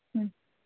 ம்